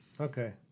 Okay